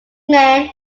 men